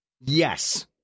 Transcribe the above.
yes